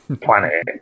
planet